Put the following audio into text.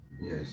Yes